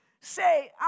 say